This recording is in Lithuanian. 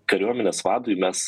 kariuomenės vadui mes